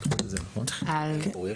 כן.